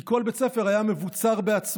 כי כל בית ספר היה מבוצר בעצמו.